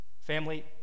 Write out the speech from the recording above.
Family